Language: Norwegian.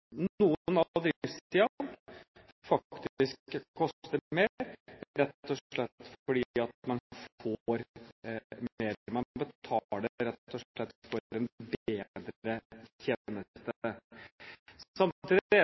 noen av driftssidene faktisk koster mer, rett og slett fordi man får mer – man betaler rett og slett for en bedre tjeneste. Samtidig er det